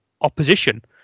opposition